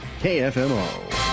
KFMO